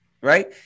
right